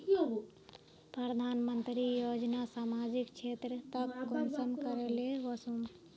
प्रधानमंत्री योजना सामाजिक क्षेत्र तक कुंसम करे ले वसुम?